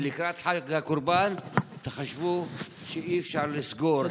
ולקראת חג הקורבן תחשבו שאי-אפשר לסגור, תודה.